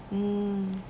mm